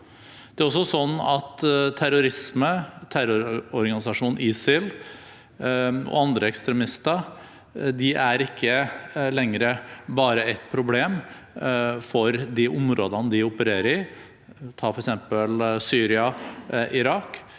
terrorisme, terrororganisasjonen ISIL og andre ekstremister, ikke lenger bare er et problem for de områdene de opererer i – ta f.eks. Syria og Irak.